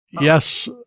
yes